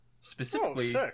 Specifically